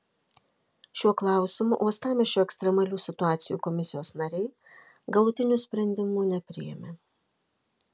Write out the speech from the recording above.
šiuo klausimu uostamiesčio ekstremalių situacijų komisijos nariai galutinių sprendimų nepriėmė